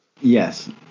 Yes